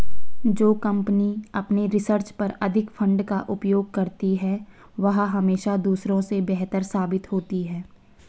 जो कंपनी अपने रिसर्च पर अधिक फंड का उपयोग करती है वह हमेशा दूसरों से बेहतर साबित होती है